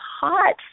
hot